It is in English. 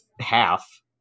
half